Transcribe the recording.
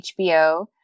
HBO